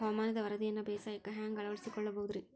ಹವಾಮಾನದ ವರದಿಯನ್ನ ಬೇಸಾಯಕ್ಕ ಹ್ಯಾಂಗ ಅಳವಡಿಸಿಕೊಳ್ಳಬಹುದು ರೇ?